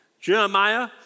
Jeremiah